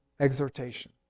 exhortation